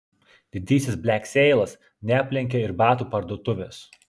didysis blekseilas neaplenkė ir batų parduotuvės